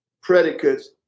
predicates